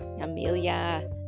amelia